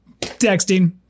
texting